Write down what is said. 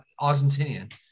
Argentinian